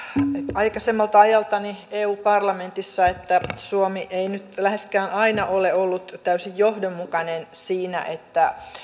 aikaisemmalta ajaltani eu parlamentissa että suomi ei nyt läheskään aina ole ollut täysin johdonmukainen siinä että